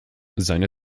seine